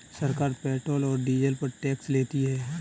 सरकार पेट्रोल और डीजल पर टैक्स लेती है